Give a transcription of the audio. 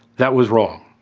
that was wrong.